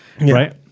right